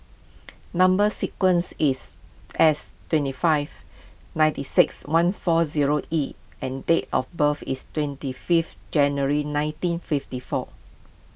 Number Sequence is S twenty five ninety six one four zero E and date of birth is twenty fifth January nineteen fifty four